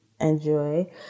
enjoy